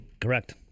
correct